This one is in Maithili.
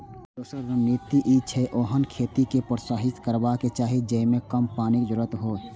दोसर रणनीति ई छै, जे ओहन खेती कें प्रोत्साहित करबाक चाही जेइमे कम पानिक जरूरत हो